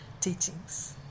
teachings